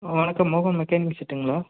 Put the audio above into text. வணக்கம் மோகன் மெக்கானிக் செட்டுங்களா